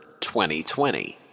2020